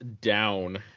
down